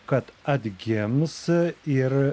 kad atgims ir